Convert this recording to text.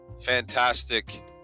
fantastic